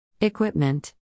Equipment